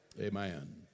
Amen